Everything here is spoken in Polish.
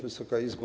Wysoka Izbo!